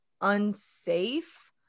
unsafe